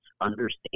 understand